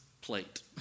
plate